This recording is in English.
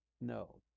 no